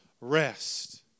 rest